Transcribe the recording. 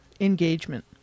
engagement